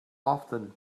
often